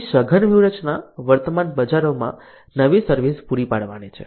ત્રીજી સઘન વ્યૂહરચના વર્તમાન બજારોમાં નવી સર્વિસ પૂરી પાડવાની છે